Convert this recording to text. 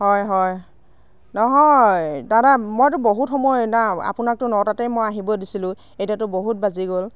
হয় হয় নহয় দাদা মইতো বহুত সময় না আপোনাকতো নটাতে মই আহিব দিছিলোঁ এতিয়াতো বহুত বাজি গ'ল